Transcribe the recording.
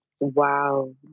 Wow